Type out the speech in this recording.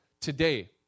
today